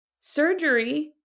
surgery